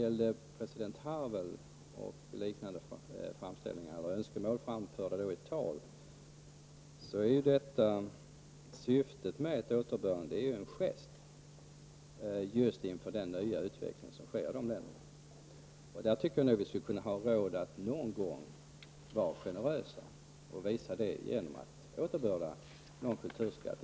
Sylvia Pettersson nämnde att president Havel framförde sitt önskemål i ett tal. Men syftet med ett återbördande är ju att det skall vara en gest just inför den utveckling som sker i dessa länder. Och jag tycker nog att vi skulle kunna ha råd att någon gång vara generösa och visa det genom att återbörda någon kulturskatt.